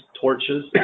torches